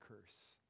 curse